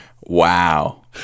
Wow